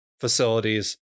facilities